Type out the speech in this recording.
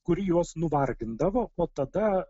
kuri juos nuvargindavo o tada